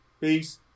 Peace